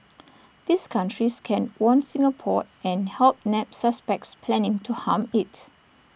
these countries can warn Singapore and help nab suspects planning to harm IT